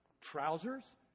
trousers